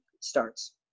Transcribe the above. starts